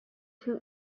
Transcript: two